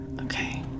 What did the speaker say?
Okay